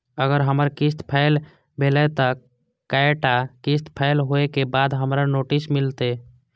अगर हमर किस्त फैल भेलय त कै टा किस्त फैल होय के बाद हमरा नोटिस मिलते?